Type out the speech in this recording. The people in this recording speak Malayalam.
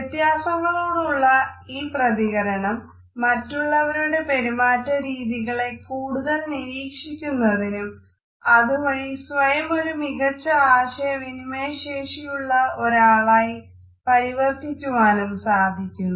വ്യത്യാസങ്ങളോടുള്ള ഈ പ്രതികരണം മറ്റുള്ളവരുടെ പെരുമാറ്റ രീതികളെ കൂടുതൽ നിരീക്ഷിക്കു ന്നതിനും അതുവഴി സ്വയമൊരു മികച്ച ആശയവിനിമയശേഷിയുള്ള ഒരാളായി പരിവർത്തിക്കുവാനും സാധിക്കുന്നു